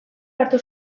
hartu